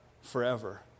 forever